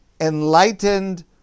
enlightened